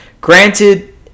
Granted